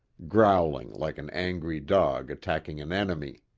growling like an angry dog attacking an enemy.